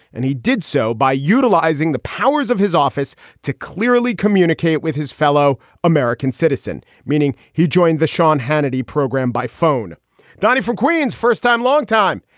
and he did so by utilizing the powers of his office to clearly communicate with his fellow american citizen, meaning he joined the sean hannity program by phone for queen's first time, long time.